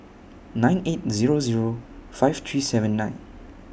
nine eight Zero Zero five three seven nine